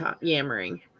yammering